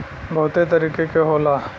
बहुते तरीके के होला